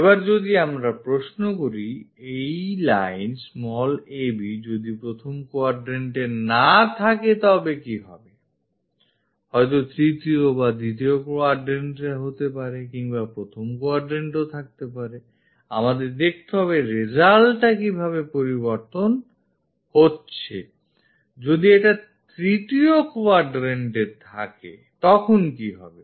এবার যদি আমরা প্রশ্ন করি এই লাইন ab যদি প্রথম quadrant না থাকে তবে কি হবেI হয়তো তৃতীয় অথবা দ্বিতীয় quadrant থাকতে পারে কিংবা প্রথম quadrant এও থাকতে পারেI আমাদের দেখতে হবে result টা কিভাবে পরিবর্তন হচ্ছেI যদি এটা তৃতীয় quadrant এ থাকে তখন কি হবে